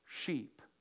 sheep